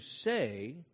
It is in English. say